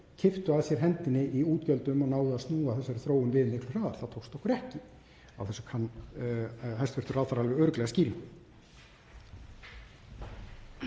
kipptu að sér hendinni í útgjöldum og náðu að snúa þessari þróun við miklu hraðar. Það tókst okkur ekki. Á þessu kann hæstv. ráðherra alveg örugglega skýringar.